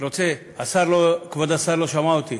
אני רוצה, כבוד השר לא שמע אותי.